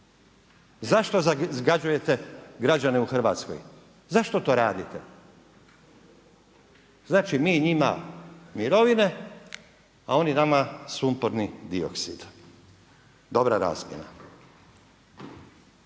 zašto zagađujete građane u Hrvatskoj, zašto to radite? Znači mi njima mirovine, a oni nama sumporni dioksid, dobra razmjena.